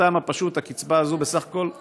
מהטעם הפשוט: הקצבה הזאת בסך הכול,